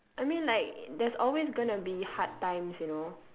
I mean like there's always gonna be hard times you know